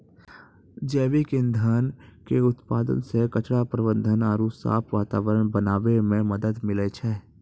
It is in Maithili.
जैविक ईंधन के उत्पादन से कचरा प्रबंधन आरु साफ वातावरण बनाबै मे मदत मिलै छै